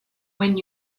when